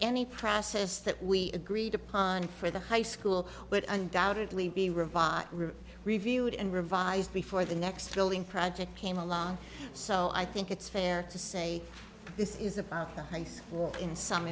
any process that we agreed upon for the high school would undoubtedly be revived reviewed and revised before the next building project came along so i think it's fair to say this is about the high school in some